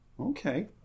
Okay